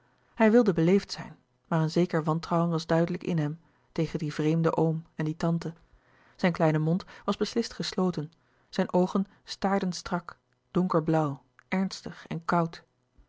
hij wilde beleefd zijn maar een zeker wantrouwen was duidelijk in hem tegen dien vreemden oom en die tante zijn kleine mond was beslist gesloten zijn oogen staarden strak donkerblauw ernstig en koud